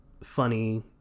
funny